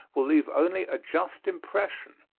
will leave only a just impression.